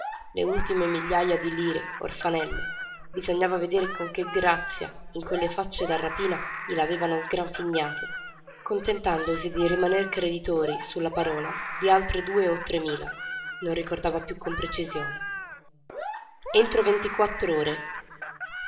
le ultime migliaja di lire orfanelle bisognava vedere con che grazia in quelle facce da rapina gliel'avevano sgranfignate contentandosi di rimaner creditori su la parola di altre due o tre mila non ricordava piú con precisione